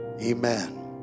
Amen